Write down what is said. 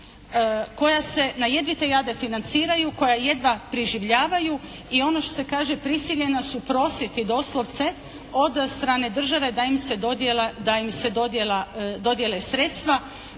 koja se na jedvite jade financiraju, koja jedva preživljavaju i ono što se kaže prisiljena su prositi doslovce od strane države da im se dodijele sredstva.